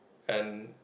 and